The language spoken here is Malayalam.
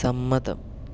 സമ്മതം